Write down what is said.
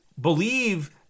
believe